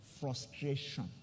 frustration